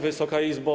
Wysoka Izbo!